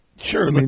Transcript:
sure